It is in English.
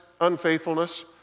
unfaithfulness